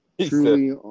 truly